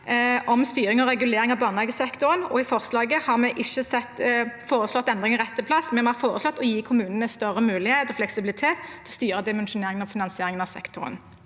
om styring og regulering av barnehagesektoren. I forslaget har vi ikke foreslått endringer om rett til plass, men vi har foreslått å gi kommunene større mulighet og fleksibilitet til å styre dimensjoneringen og finansieringen av sektoren.